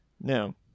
Now